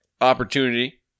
opportunity